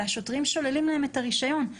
והשוטרים שוללים להם את הרישיון.